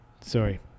Sorry